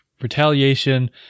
retaliation